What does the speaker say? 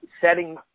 setting